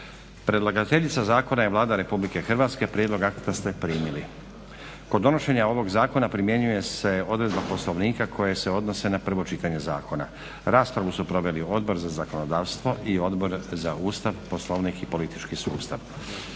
Predlagateljica zakona je Vlada RH. Prijedlog akta ste primili. Kod donošenja ovog zakona primjenjuje se odredba poslovnika koje se odnose na prvo čitanje zakona. Raspravu su proveli Odbor za zakonodavstvo i Odbor za Ustav, poslovnik i politički sustav.